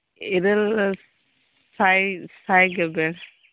ᱤᱨᱟᱹᱞ ᱥᱟᱭ ᱥᱟᱭᱜᱮ ᱵᱮᱥ